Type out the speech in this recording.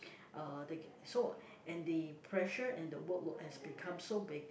uh the so and the pressure and the workload has become so big